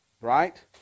right